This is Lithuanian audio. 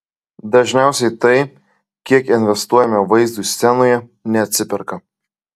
dažniausiai tai kiek investuojame vaizdui scenoje neatsiperka